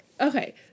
Okay